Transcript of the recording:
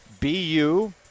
BU